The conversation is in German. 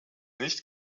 nicht